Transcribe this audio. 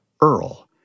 Earl